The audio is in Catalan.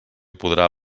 podrà